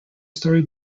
story